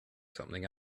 something